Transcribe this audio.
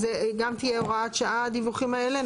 זו גם תהיה הוראת שעה, הדיווחים האלה?